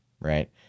right